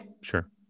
Sure